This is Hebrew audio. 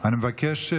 אני מבקש,